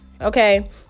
okay